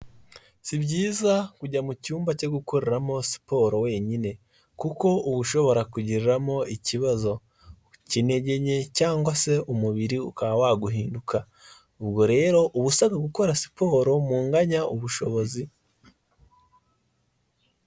Si byiza kujya mu cyumba cyo gukoreramo siporo wenyine kuko uba ushobora kugiramo ikibazo k'intege nke cyangwa se umubiri ukaba waguhinduka ubwo rero uba usabwa gukora siporo munganya ubushobozi.